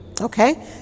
Okay